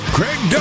Craig